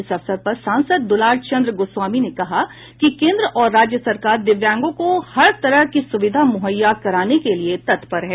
इस अवसर पर सांसद दुलारचंद गोस्वामी ने कहा कि केन्द्र और राज्य सरकार दिव्यांगों को हर तरह की सुविधा मुहैया कराने के लिए तत्पर है